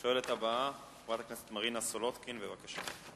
השואלת הבאה, חברת הכנסת מרינה סולודקין, בבקשה.